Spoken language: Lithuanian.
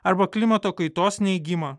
arba klimato kaitos neigimą